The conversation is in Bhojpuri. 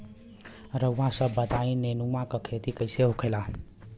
रउआ सभ बताई नेनुआ क खेती कईसे होखेला?